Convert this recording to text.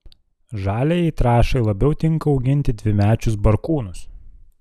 žaliajai trąšai labiau tinka auginti dvimečius barkūnus